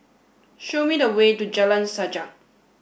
show me the way to Jalan Sajak